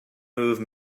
move